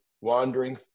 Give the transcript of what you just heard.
wandering